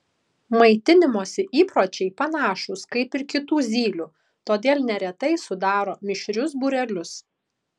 maitinimosi įpročiai panašūs kaip ir kitų zylių todėl neretai sudaro mišrius būrelius